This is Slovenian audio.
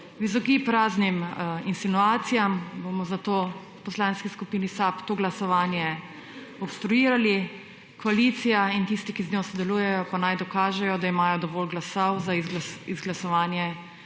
V izogib raznim insinuacijam bomo zato v Poslanski skupini SAB to glasovanje obstruirali, koalicija in tisti, ki z njo sodelujejo, pa naj dokažejo, da imajo dovolj glasov za izglasovanje